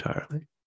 entirely